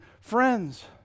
friends